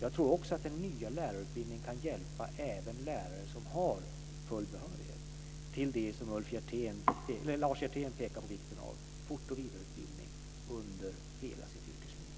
Jag tror dessutom att den nya lärarutbildningen kan hjälpa även lärare som har full behörighet till det som Lars Hjertén pekar på vikten av, nämligen fortoch vidareutbildning under hela sitt yrkesliv.